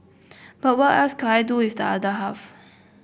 but what else could I do if the other half